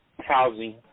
housing